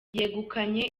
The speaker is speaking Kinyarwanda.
yegukanye